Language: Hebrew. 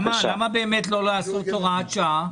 למה באמת לא לעשות הוראת שעה?